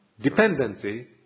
dependency